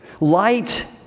Light